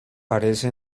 parece